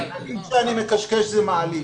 שאני מקשקש, זה מעליב.